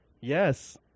Yes